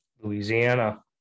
Louisiana